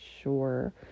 sure